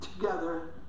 together